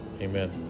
Amen